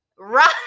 Right